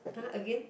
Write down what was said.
[huh] again